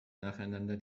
nacheinander